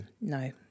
No